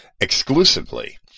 exclusively